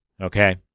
okay